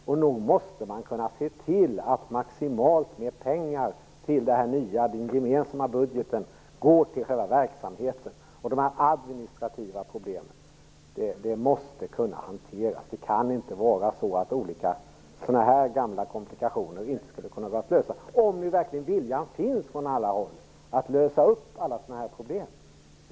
Och nog måste man kunna se till att maximalt med pengar i den nya gemensamma budgeten går till själva verksamheten. De administrativa problemen måste kunna hanteras. Det kan inte vara så att olika gamla komplikationer inte går att lösa - om viljan att lösa sådana problem verkligen finns på alla håll.